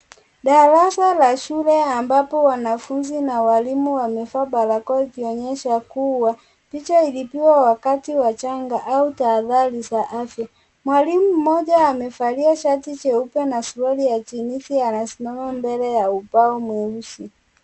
Darasa la shule, ambapo wanafunzi na walimu, wamevaa balakoa, ikuonyesha kuwa, picha ilipigwa wakati wa changa au tahadhari za afya. Mwalimu mmoja, amevalia shati jeupe na suruali ya jeans ya rasmi. Amesimama mbela ya ubao mweusi.